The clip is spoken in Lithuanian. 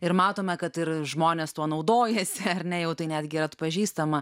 ir matome kad ir žmonės tuo naudojasi ar ne jau tai netgi yra atpažįstama